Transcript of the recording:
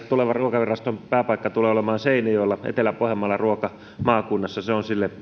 tulevan ruokaviraston pääpaikka tulee olemaan seinäjoella etelä pohjanmaalla ruokamaakunnassa se on sille